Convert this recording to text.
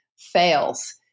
fails